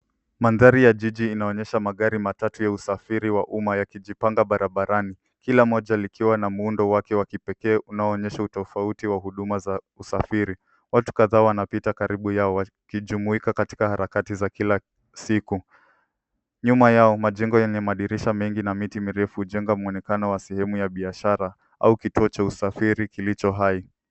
Mandhari ya jiji inaonyesha magari matatu ya usafiri wa uma yakijipanga barabarani. Kila moja likiwa na muundo wake wa kipekee unaonyesha utofauti wa huduma za usafiri. Watu kadhaa wanapita karibu yao wakijumuika katika harakati za kila siku. Nyuma yao majengo yenye madirisha mengi na miti mirefu hujenga mwonekano wa sehemu ya biashara au kituo cha usafiri kilicho hai.